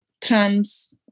trans